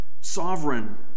sovereign